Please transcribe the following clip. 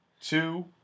two